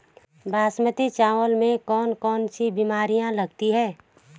बासमती चावल में कौन कौन सी बीमारियां लगती हैं?